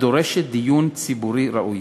הדורשת דיון ציבורי ראוי.